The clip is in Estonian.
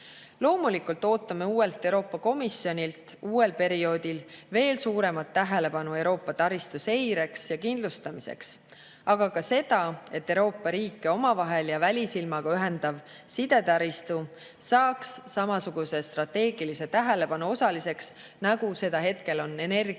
Loomulikult ootame uuelt Euroopa Komisjonilt uuel perioodil veel suuremat tähelepanu Euroopa taristu seireks ja kindlustamiseks, aga ka seda, et Euroopa riike omavahel ja välisilmaga ühendav sidetaristu saaks samasuguse strateegilise tähelepanu osaliseks, nagu seda hetkel on energia